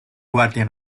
guardia